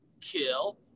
kill